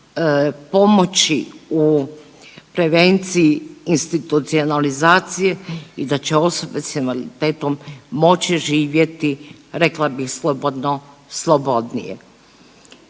pomoći u prevenciji institucionalizacije i da će osobe s invaliditetom moći živjeti rekla bi slobodno slobodnije.